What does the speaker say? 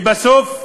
לבסוף,